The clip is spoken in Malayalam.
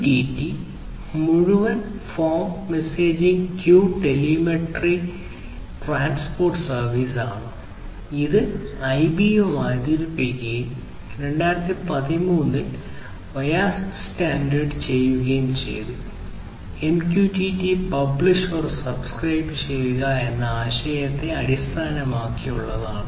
MQTT മുഴുവൻ form message queue telemetry transport ചെയ്യുക എന്ന ആശയത്തെ അടിസ്ഥാനമാക്കിയുള്ളതാണ്